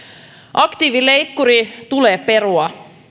aktiivileikkuri tulee perua